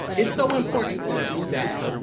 it's so important to do that.